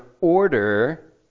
order